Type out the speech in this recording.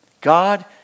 God